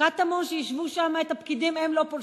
קטמון, שיישבו שם את הפקידים, הם לא פולשים,